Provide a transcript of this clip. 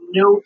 no